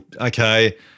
okay